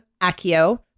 Akio